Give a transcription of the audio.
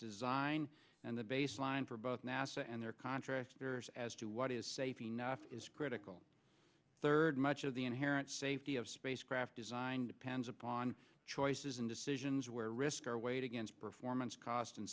design and the baseline for both nasa and their contract as to what is safe enough is critical third much of the inherent safety of spacecraft designed pan's upon choices and decisions where risk are weighed against performance cost and